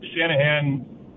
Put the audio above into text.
Shanahan